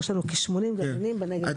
יש לנו כ-80 גרעינים בנגב ובגליל.